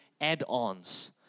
add-ons